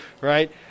right